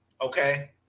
okay